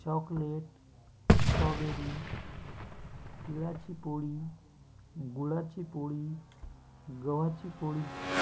chocolate strawberry तिळाची पोळी गुळाची पोळी गव्हाची पोळी